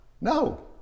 No